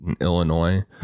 Illinois